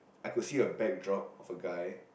I could a backdrop of a guy